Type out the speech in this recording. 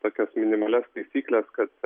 tokias minimalias taisykles kad